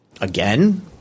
again